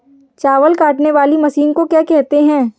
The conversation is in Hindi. चावल काटने वाली मशीन को क्या कहते हैं?